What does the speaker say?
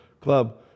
club